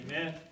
Amen